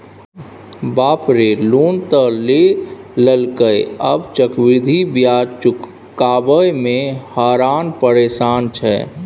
बाप रे लोन त लए लेलकै आब चक्रवृद्धि ब्याज चुकाबय मे हरान परेशान छै